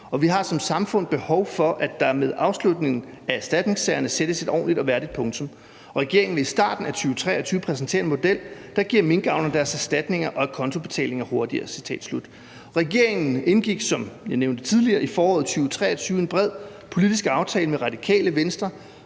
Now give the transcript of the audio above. vi har som samfund behov for, at der med afslutningen af erstatningssagerne sættes et ordentligt og værdigt punktum«. Jeg citerer videre: »Regeringen vil i starten af 2023 præsentere en model, der giver minkavlerne deres erstatninger og acontoudbetalinger hurtigere«. Regeringen indgik, som jeg nævnte tidligere, i foråret 2023 en bred politisk aftale med Radikale Venstre,